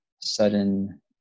sudden